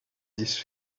these